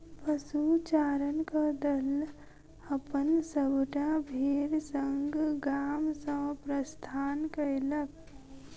पशुचारणक दल अपन सभटा भेड़ संग गाम सॅ प्रस्थान कएलक